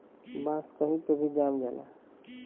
बांस कही भी जाम जाला